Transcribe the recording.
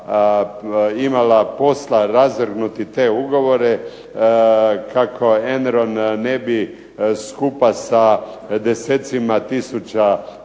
imala posla razvrgnuti te ugovore kako ENORN ne bi skupa sa desecima tisuća